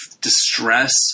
distress